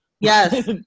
Yes